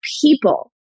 people